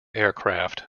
aircraft